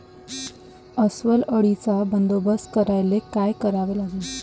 अस्वल अळीचा बंदोबस्त करायले काय करावे लागन?